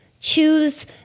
Choose